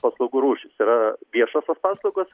paslaugų rūšys yra viešosios paslaugos